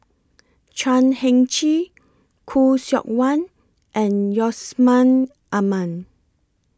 Chan Heng Chee Khoo Seok Wan and Yusman Aman